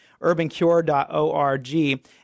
urbancure.org